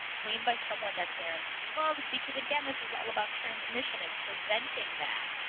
cleaned by someone that's wearing gloves because again this is all about transmission and preventing that.